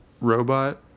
robot